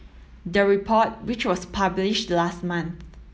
the report which was published last month